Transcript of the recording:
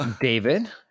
David